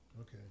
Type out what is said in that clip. Okay